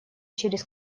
через